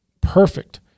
perfect